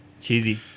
Cheesy